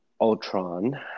Ultron